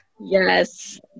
yes